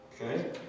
Okay